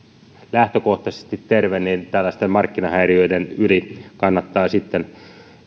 lähtökohtaisesti terve niin tällaisten markkinahäiriöiden yli kannattaa